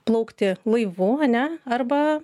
plaukti laivu ane arba